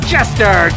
Jester